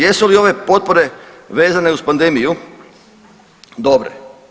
Jesu li ove potpore vezane uz pandemiju dobre?